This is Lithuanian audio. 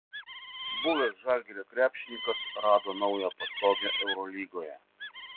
buvęs žalgirio krepšininkas rado naują pastogę eurolygoje